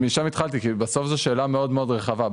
בסוף זו שאלה מאוד רחבה,